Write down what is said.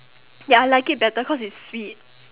ya I like it better cause it's sweet